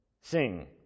Sing